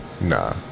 Nah